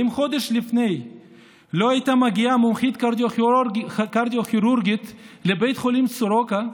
אם חודש לפני לא הייתה מגיעה מומחית קרדיו-כירורגית לבית חולים סורוקה,